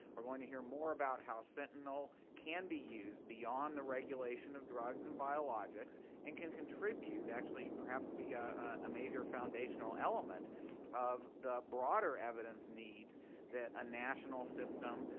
we're going to hear more about how sentinel can be used beyond the regulation of drugs and biologics and can contribute actually perhaps be ah a major foundational element of the broader evidence needs that a national system,